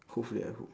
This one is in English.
hopefully I do